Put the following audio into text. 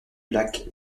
lac